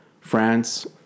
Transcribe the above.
France